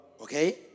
Okay